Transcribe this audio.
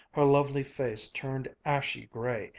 her lovely face turned ashy-gray,